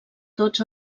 tots